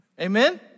Amen